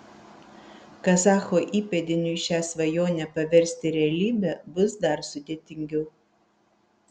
kazacho įpėdiniui šią svajonę paversti realybe bus dar sudėtingiau